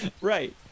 Right